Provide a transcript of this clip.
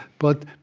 but